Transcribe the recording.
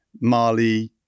Mali